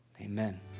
Amen